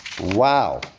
Wow